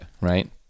right